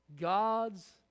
God's